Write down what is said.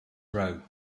row